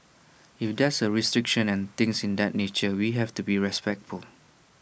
if there are restrictions and things in that nature we have to be respectful